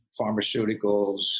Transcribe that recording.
pharmaceuticals